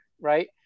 right